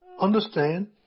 understand